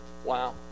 Wow